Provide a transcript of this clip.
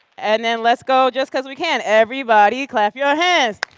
and then let's go, just because we can. everybody clap your hands.